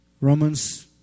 Romans